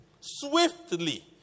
swiftly